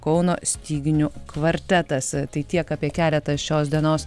kauno styginių kvartetas tai tiek apie keletą šios dienos